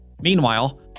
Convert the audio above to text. Meanwhile